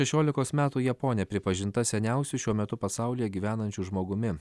šešiolikos metų japonė pripažinta seniausia šiuo metu pasaulyje gyvenančiu žmogumi